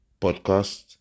podcast